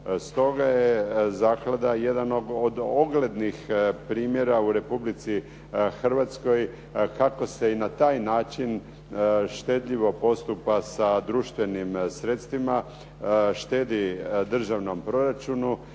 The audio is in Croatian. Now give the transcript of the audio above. Stoga je zaklada jedan od oglednih primjera u Republici Hrvatskoj kako se i na taj način štedljivo postupa sa društvenim sredstvima, štedi državnom proračunu